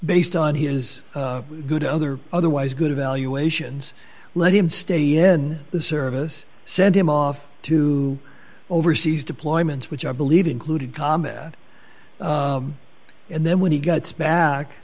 based on his good other otherwise good evaluations let him stay in the service send him off to overseas deployments which i believe included combat and then when he gets back